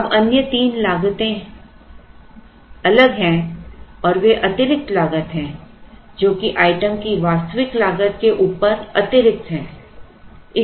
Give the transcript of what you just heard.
अब अन्य तीन लागतें अलग हैं और वे अतिरिक्त लागत हैं जो कि आइटम की वास्तविक लागत के ऊपर अतिरिक्त हैं